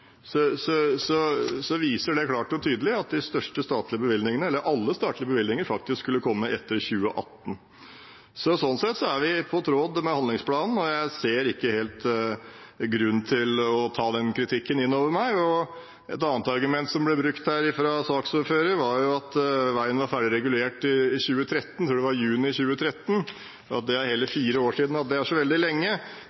viser det klart og tydelig at alle statlige bevilgninger faktisk skulle komme etter 2018. Sånn sett er vi i tråd med handlingsprogrammet, og jeg ser ikke helt grunnen til å ta den kritikken inn over meg. Et annet argument som ble brukt her, fra saksordføreren, var at veien var ferdig regulert i 2013 – jeg tror det var i juni 2013 – at det er hele